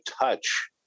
touch